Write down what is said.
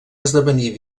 esdevenir